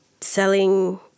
selling